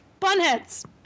Bunheads